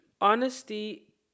honesty